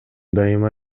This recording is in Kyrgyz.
дайыма